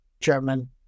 German